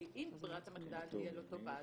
כי אם ברירת המחדל תהיה לא טובה,